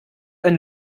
ein